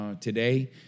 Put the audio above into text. today